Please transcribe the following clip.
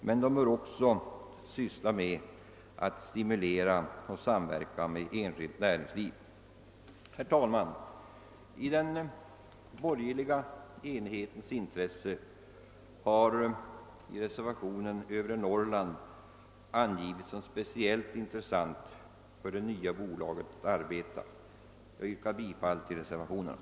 Men SVETAB bör även få till uppgift att stimulera och samverka med enskilt näringsliv. Herr talman! I den borgerliga enighetens intresse har i reservationen 2 övre Norrland angivits som speciellt intressant för det nya bolagets arbete. Jag yrkar bifall till reservationerna.